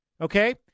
okay